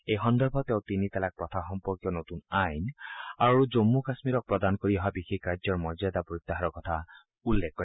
এই সন্দৰ্ভত তেওঁ তিনি তালাক প্ৰথা সম্পৰ্কীয় নতুন আইন আৰু জম্মু কাশ্মীৰক প্ৰদান কৰি অহা বিশেষ ৰাজ্যৰ মৰ্যাদা প্ৰত্যাহাৰৰ কথা উল্লেখ কৰে